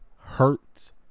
hurts